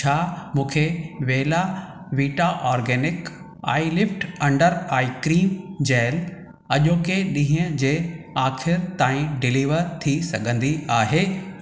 छा मूंखे Bella Vita organic eye lift under eye क्रीमु जेल अॼोके ॾींहुं जे आखिर ताईं डिलीवर थी सघंदी आहे